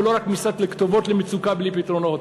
ולא רק משרד לכתובות למצוקה בלי פתרונות.